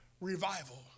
revival